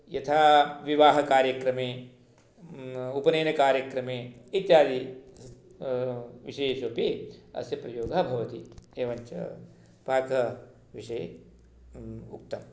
यथा विवाहकार्यक्रमे उपनयनकार्यक्रमे इत्यादि विषयेष्वपि अस्य प्रयोगः भवति एवञ्च पाकविषये उक्तम्